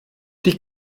die